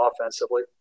offensively